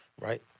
right